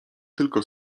tylko